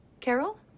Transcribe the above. Carol